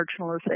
marginalization